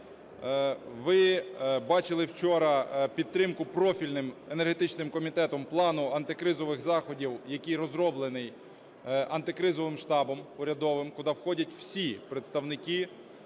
Ви бачили вчора підтримку профільним енергетичним комітетом плану антикризових заходів, який розроблений антикризовим штабом урядовим, куди входять всі представники